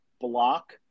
block